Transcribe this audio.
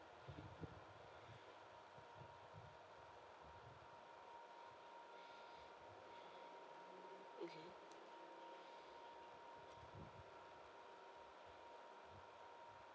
okay